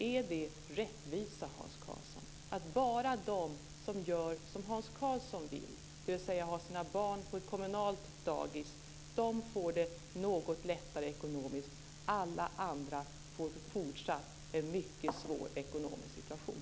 Är det rättvisa att bara de som gör som Hans Karlsson vill, dvs. har sina barn på ett kommunalt dagis, får det något lättare ekonomiskt, medan alla andra fortsatt får en mycket svår ekonomisk situation?